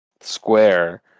Square